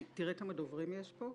תראה כמה דוברים יש פה.